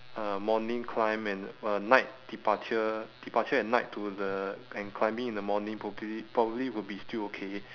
uh morning climb and a night departure departure at night to the and climbing in the morning probably probably would be stillokay